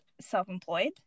self-employed